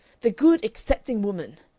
the good accepting woman!